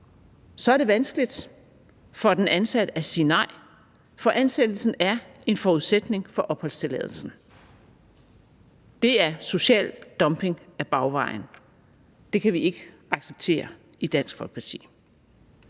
Så er det vanskeligt for den ansatte at sige nej, for ansættelsen er en forudsætning for opholdstilladelsen. Det er social dumping ad bagvejen, og det kan vi ikke acceptere i Dansk Folkeparti.